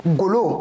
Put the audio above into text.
golo